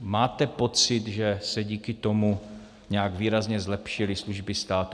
Máte pocit, že se díky tomu nějak výrazně zlepšily služby státu?